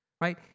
right